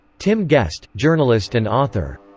tim guest, journalist and author.